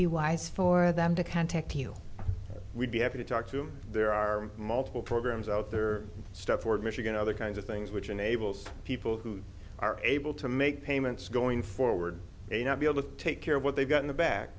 be wise for them to contact you we'd be happy to talk to him there are multiple programs out there step forward michigan other kinds of things which enables people who are able to make payments going forward may not be able to take care of what they've got in the back